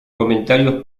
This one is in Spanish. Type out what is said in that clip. comentarios